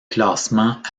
classement